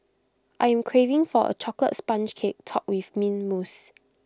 I am craving for A Chocolate Sponge Cake Topped with Mint Mousse